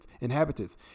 inhabitants